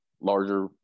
larger